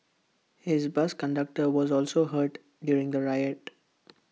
his bus conductor was also hurt during the riot